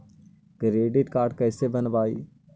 Credit card कैसे बनवाई?